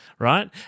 Right